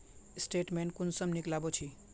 Statement कुंसम निकलाबो छी?